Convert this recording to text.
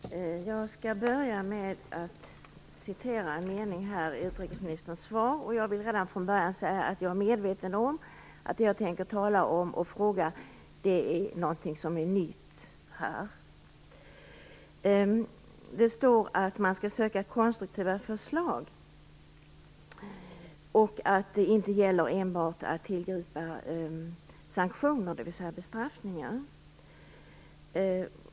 Fru talman! Jag skall börja med att citera ur utrikesministerns svar. Jag vill också redan från början säga att jag är medveten om att det jag tänker fråga utrikesministern om är någonting nytt, som inte tas upp i interpellationen. Utrikesministern säger i svaret att "det inte endast gäller att tillgripa sanktioner utan även att söka konstruktiva förslag".